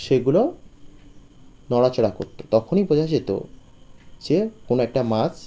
সেগুলো নড়াচড়া করত তখনই বোঝা যেত যে কোনো একটা মাছ